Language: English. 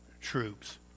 troops